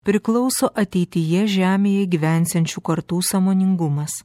priklauso ateityje žemėje gyvensiančių kartų sąmoningumas